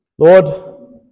Lord